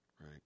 Right